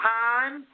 time